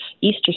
Easter